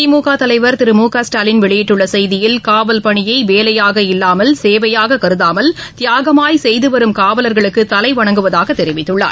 திமுக தலைவர் திரு ஸ்டாலின் வெளியிட்டுள்ள செய்தியில் காவல் பணியை வேலையாக இல்லாமல் சேவையாக கருதாமல் தியாகமாய் செய்து வரும் காவலர்களுக்கு தலைவணங்குவதாக தெரிவித்துள்ளார்